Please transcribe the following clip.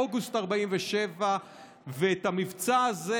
באוגוסט 1947. את המבצע הזה,